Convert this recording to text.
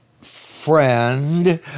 friend